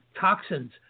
toxins